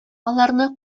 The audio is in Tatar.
аларны